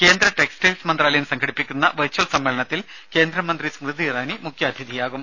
കേന്ദ്ര ടെക്സ്റ്റൈയിൽസ് മന്ത്രാലയം സംഘടിപ്പിക്കുന്ന വെർച്വൽ സമ്മേളനത്തിൽ കേന്ദ്രമന്ത്രി സ്മൃതി ഇറാനി മുഖ്യാതിഥിയാകും